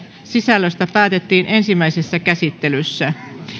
sisällöstä päätettiin ensimmäisessä käsittelyssä